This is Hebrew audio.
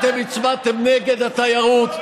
אתם הצבעתם נגד התיירות.